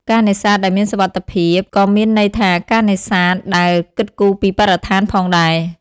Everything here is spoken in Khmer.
ការនេសាទដែលមានសុវត្ថិភាពក៏មានន័យថាការនេសាទដែល គិតគូរពីបរិស្ថាន ផងដែរ។